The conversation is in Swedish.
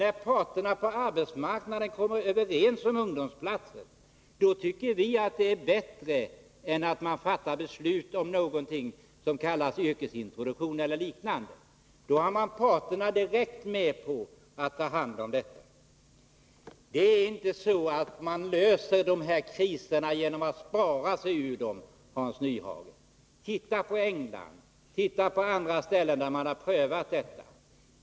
När parterna på arbetsmarknaden kommer överens om ungdomsplatser, tycker vi att det är bättre än när man fattar beslut om någonting som kallas yrkesintroduktion eller liknande. Arbetsmarknadens parter är då direkt med på att ta hand om utbildningen. Det är inte så att man löser kriserna genom att spara sig ur dem, Hans Nyhage. Titta på England! Titta på andra länder, där man prövat den metoden!